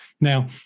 Now